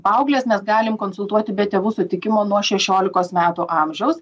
paaugles mes galim konsultuoti be tėvų sutikimo nuo šešiolikos metų amžiaus